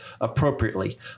appropriately